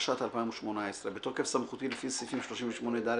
התשע"ט-2018 "בתוקף סמכותי לפי סעיפים 38(ד)